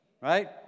Right